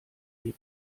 die